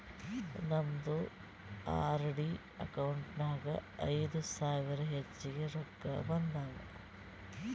ನಮ್ದು RD account ನಾಗ್ ಐಯ್ದ ಸಾವಿರ ಹೆಚ್ಚಿಗೆ ರೊಕ್ಕಾ ಬಂದಾವ್